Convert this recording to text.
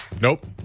Nope